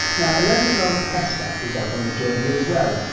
now eleven yr old hester is off on a journey as well,